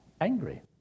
angry